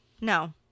No